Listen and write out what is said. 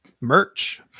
Merch